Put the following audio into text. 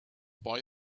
boy